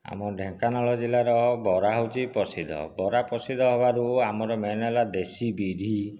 ଆମ ଢେଙ୍କାନାଳ ଜିଲ୍ଲାର ବରା ହେଉଛି ପ୍ରସିଦ୍ଧ ବରା ପ୍ରସିଦ୍ଧ ହେବାରୁ ଆମର ମେନ୍ ହେଲା ଦେଶୀ ବିରି